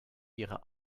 ihre